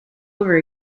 over